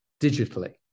digitally